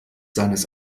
seines